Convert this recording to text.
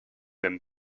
them